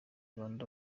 rwanda